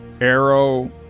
arrow